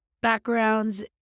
backgrounds